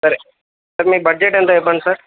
సరే సార్ మీ బడ్జెట్ ఎంతో చెప్పండి సార్